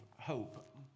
hope